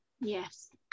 Yes